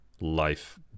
life